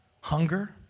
hunger